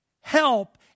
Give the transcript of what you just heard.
help